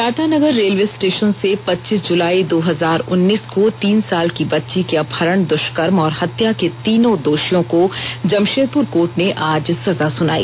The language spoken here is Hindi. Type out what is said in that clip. टाटानगर रेलवे स्टेशन से पचीस जुलाई दो हजार उन्नीस को तीन साल की बच्ची के अपहरण दुष्कर्म और हत्या के तीनों दोषियों को जमशेदपुर कोर्ट ने आज सजा सुनाई